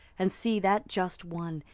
and see that just one,